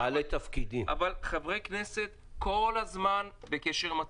אבל חברי כנסת כל הזמן בקשר עם הציבור.